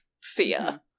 fear